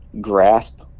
grasp